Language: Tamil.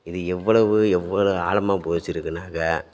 இது எவ்வளவு எவ்வளவு ஆழமா போதிச்சுருக்குனாக்க